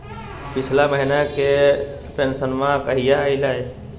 पिछला महीना के पेंसनमा कहिया आइले?